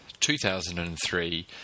2003